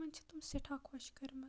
تہٕ تمن چھِ تم سیٚٹھاہ خۄش کَرمَژٕ